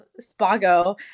Spago